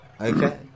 Okay